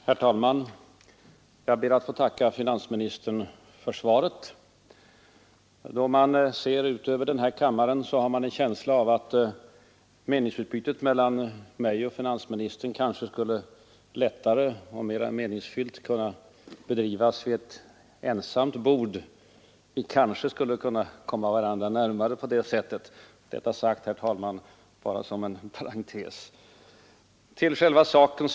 Herr talman! Jag ber att få tacka finansministern för svaret. Då man ser ut över denna kammare får man en känsla av att meningsutbytet mellan mig och finansministern kanske skulle lättare och mera meningsfyllt kunna ske vid ett enskilt bord. Vi kanske skulle komma varandra närmare på det sättet. Detta, herr talman, sagt bara som en parentes. Så till själva saken.